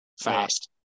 fast